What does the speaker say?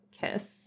kiss